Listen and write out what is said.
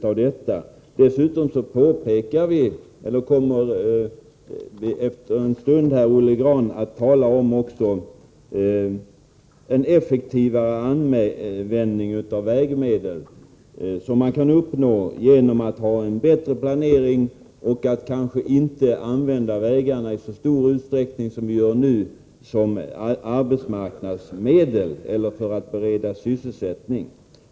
Om en stund kommer Olle Grahn att tala om en effektivare användning av vägmedel som skulle kunna uppnås genom en bättre planering och genom att vi inte använde vägarbeten i så stor utsträckning som vi nu gör som ett arbetsmarknadspolitiskt medel för att bereda sysselsättning.